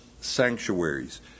sanctuaries